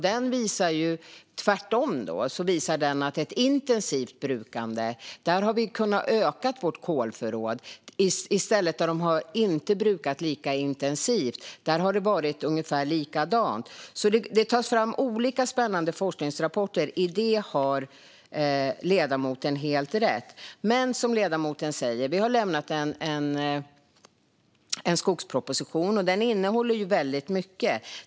Den visar tvärtom att vi med ett intensivt brukande har kunnat öka vårt kolförråd. Där man inte har brukat lika intensivt har det i stället varit ungefär likadant. Det tas alltså fram olika spännande forskningsrapporter; i det har ledamoten helt rätt. Som ledamoten säger har vi lämnat en skogsproposition, och den innehåller väldigt mycket.